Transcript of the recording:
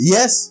Yes